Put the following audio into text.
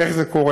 איך זה קורה?